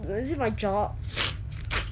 I don't know is it my job